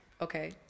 Okay